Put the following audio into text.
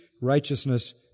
righteousness